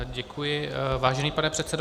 Děkuji, vážený pane předsedo.